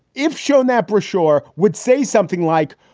if shown that brayshaw would say something like,